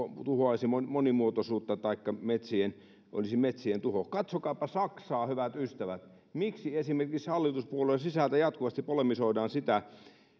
tuhoaisi monimuotoisuutta taikka olisi metsien tuho katsokaapa saksaa hyvät ystävät miksi esimerkiksi hallituspuolueen sisältä jatkuvasti polemisoidaan sitä